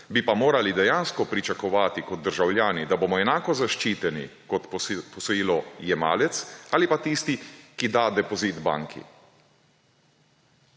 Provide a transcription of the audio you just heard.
Bi pa morali dejansko pričakovati kot državljani, da bomo enako zaščiteni kot posojilojemalec ali pa tisti, ki da depozit banki,